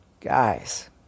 Guys